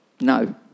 No